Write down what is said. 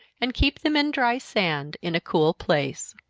and keep them in dry sand, in a cool place.